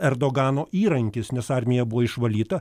erdogano įrankis nes armija buvo išvalyta